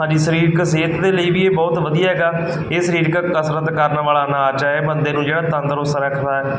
ਸਾਡੀ ਸਰੀਰਕ ਸਿਹਤ ਦੇ ਲਈ ਵੀ ਇਹ ਬਹੁਤ ਵਧੀਆ ਹੈਗਾ ਇਹ ਸਰੀਰਕ ਕਸਰਤ ਕਰਨ ਵਾਲਾ ਨਾਚ ਹੈ ਇਹ ਬੰਦੇ ਨੂੰ ਜਿਹੜਾ ਤੰਦਰੁਸਤ ਰੱਖਦਾ ਹੈ